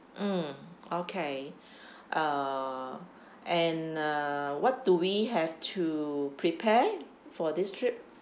mm okay uh and uh what do we have to prepare for this trip